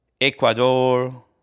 Ecuador